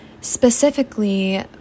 specifically